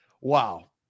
wow